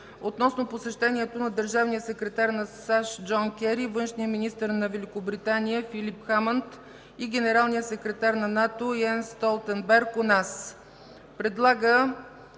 относно посещението на държавния секретар на САЩ Джон Кери, външния министър на Великобритания Филип Хамънд и генералния секретар на НАТО Йенс Столтенберг у нас.